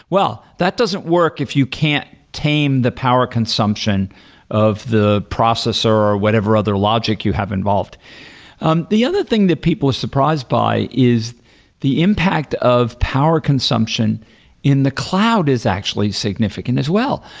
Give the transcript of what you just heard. well, that doesn't work if you can't tame the power consumption of the processor, or whatever other logic you have involved um the other thing that people are surprised by is the impact of power consumption in the cloud is actually significant as well.